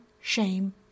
shame